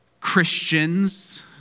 Christians